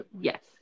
Yes